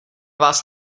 vás